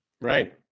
Right